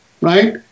right